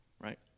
right